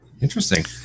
Interesting